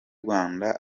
rwanda